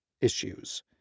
issues